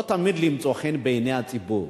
לא תמיד למצוא חן בעיני הציבור,